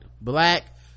Black